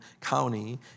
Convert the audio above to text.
County